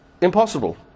impossible